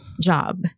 job